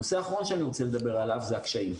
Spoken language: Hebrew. הנושא האחרון שאני רוצה לדבר עליו זה הקשיים.